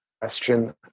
question